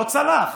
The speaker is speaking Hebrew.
לא צלח.